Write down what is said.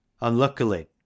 unluckily